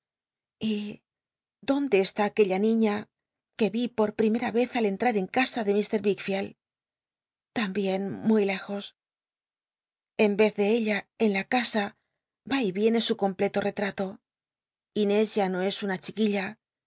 e hi aquella niña que vi por primera vez al entrar en casa de h wicklield l'ambien muy lejos en vez de ella en la casa va y viene su completo etralo lnés ya no es una chiquilla